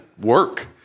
work